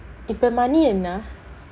இப்ப மணி என்ன:ippa mani enna